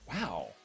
Wow